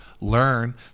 learn